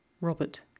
Robert